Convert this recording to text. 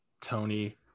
Tony